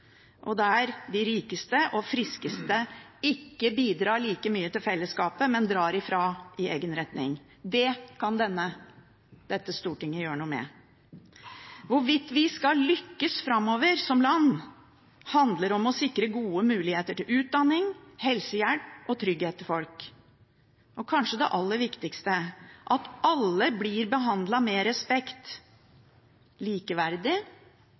og der de rikeste og friskeste ikke bidrar like mye til fellesskapet, men drar ifra i egen retning. Det kan dette stortinget gjøre noe med. Hvorvidt vi skal lykkes framover som land, handler om å sikre gode muligheter til utdanning, helsehjelp og trygghet til folk, og kanskje det aller viktigste: at alle blir behandlet med respekt, likeverdig,